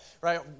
right